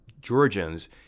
Georgians